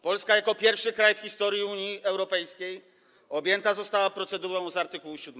Polska jako pierwszy kraj w historii Unii Europejskiej objęta została procedurą z art. 7.